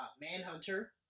Manhunter